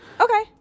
Okay